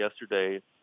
yesterday